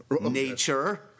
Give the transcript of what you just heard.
nature